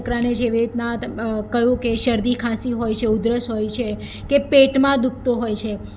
મારા છોકરાને જેવી રીતના કહ્યું કે શરદી ખાંસી હોય છે ઉધરસ હોય છે કે પેટમાં દુખતું હોય છે